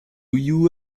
you